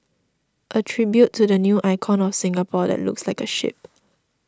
a tribute to the new icon of Singapore that looks like a ship